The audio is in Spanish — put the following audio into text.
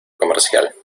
comercial